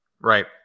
right